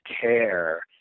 care